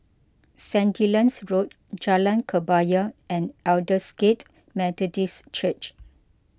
Sandilands Road Jalan Kebaya and Aldersgate Methodist Church